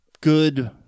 good